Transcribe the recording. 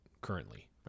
currently